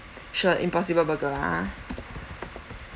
sure impossible burger lah ha